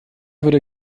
würde